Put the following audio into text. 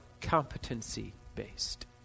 competency-based